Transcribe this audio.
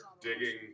digging